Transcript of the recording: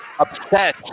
Upset